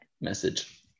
message